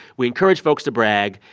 we encourage folks to brag.